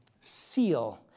seal